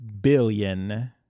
billion